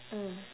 mm